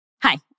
Hi